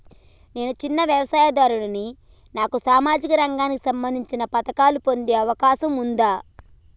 నేను చిన్న వ్యవసాయదారుడిని నాకు సామాజిక రంగానికి సంబంధించిన పథకాలు పొందే అవకాశం ఉందా?